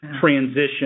transition